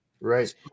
Right